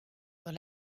dans